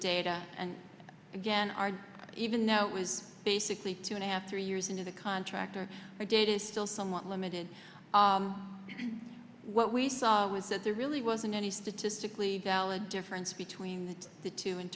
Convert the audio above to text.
data and again are even know it was basically two and a half three years into the contract or our data is still somewhat limited what we saw was that there really wasn't any statistically valid difference between the two in